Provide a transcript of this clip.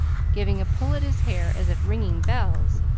giving a pull at his hair as if ringing bells,